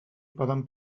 poden